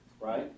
Right